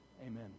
Amen